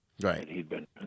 Right